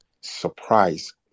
surprise